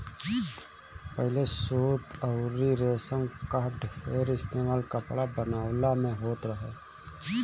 पहिले सूत अउरी रेशम कअ ढेर इस्तेमाल कपड़ा बनवला में होत रहे